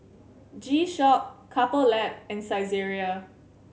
G Shock Couple Lab and Saizeriya